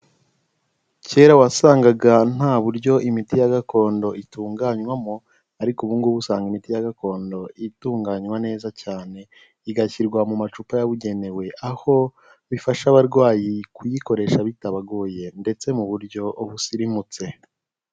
kera wasangaga nta buryo imiti ya gakondo itunganywamo, ariko ubu ngubu usanga imiti gakondo itunganywa neza cyane igashyirwa mu macupa yabugenewe, aho bifasha abarwayi kuyikoresha bitabagoye ndetse mu buryo busirimutse.